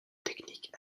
technique